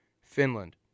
Finland